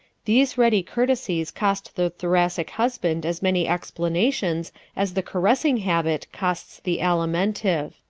these ready courtesies cost the thoracic husband as many explanations as the caressing habit costs the alimentive.